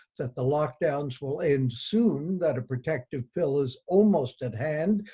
that the lockdowns will end soon, that a protective pill is almost at hand,